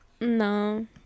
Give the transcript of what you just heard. No